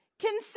Consider